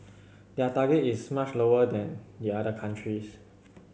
their target is much lower than the other countries